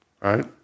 right